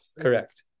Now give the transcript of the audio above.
Correct